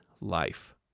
life